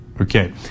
Okay